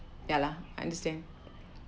ya lah understand